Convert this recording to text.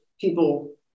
people